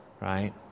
right